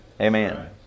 Amen